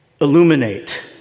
illuminate